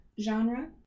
genre